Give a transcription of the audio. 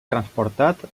transportat